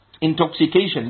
intoxication